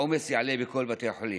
העומס יעלה בכל בתי החולים.